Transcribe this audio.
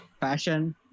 fashion